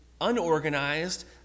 unorganized